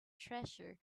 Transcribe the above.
treasure